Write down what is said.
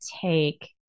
take